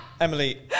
Emily